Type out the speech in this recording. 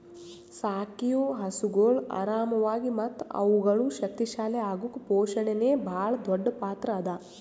ಸಾಕಿವು ಹಸುಗೊಳ್ ಆರಾಮಾಗಿ ಮತ್ತ ಅವುಗಳು ಶಕ್ತಿ ಶಾಲಿ ಅಗುಕ್ ಪೋಷಣೆನೇ ಭಾಳ್ ದೊಡ್ಡ್ ಪಾತ್ರ ಅದಾ